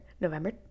November